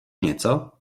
něco